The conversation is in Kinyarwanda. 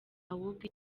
ahubwo